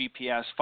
GPS